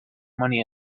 money